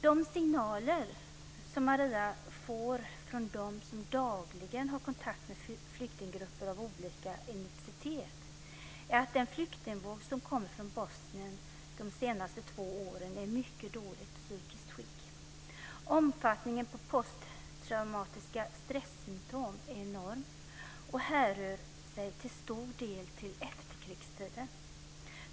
De signaler som Maria får från dem som dagligen har kontakt med flyktinggrupper av olika etnicitet är att människorna i den flyktingvåg som kommit från Bosnien de senaste två åren är i mycket dåligt psykiskt skick. Omfattningen på posttraumatiska stressymtom är enorm och härrör till stor del från efterkrigstiden.